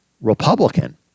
Republican